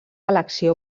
elecció